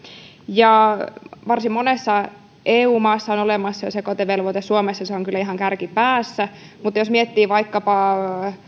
varsin monessa eu maassa on jo olemassa sekoitevelvoite suomessa se on kyllä ihan kärkipäässä mutta jos miettii vaikkapa